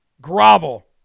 grovel